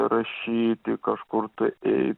rašyti kažkur tai eit